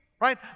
right